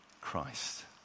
Christ